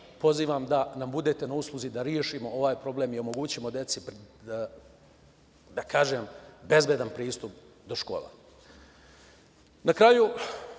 pozivam da nam budete na usluzi da rešimo ovaj problem i omogućimo deci da kažem, bezbedan pristup do škole. Na kraju,